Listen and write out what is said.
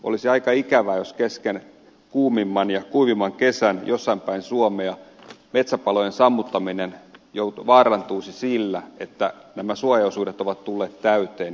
olisi aika ikävää jos kesken kuumimman ja kuivimman kesän jossain päin suomea metsäpalojen sammuttaminen vaarantuisi sillä että nämä suojaosuudet ovat tulleet täyteen